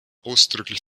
ausdrücklich